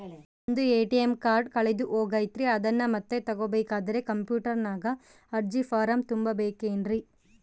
ನಂದು ATM card ಕಳೆದು ಹೋಗೈತ್ರಿ ಅದನ್ನು ಮತ್ತೆ ತಗೋಬೇಕಾದರೆ ಕಂಪ್ಯೂಟರ್ ನಾಗ ಅರ್ಜಿ ಫಾರಂ ತುಂಬಬೇಕನ್ರಿ?